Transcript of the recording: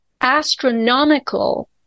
astronomical